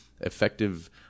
Effective